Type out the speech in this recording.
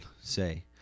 say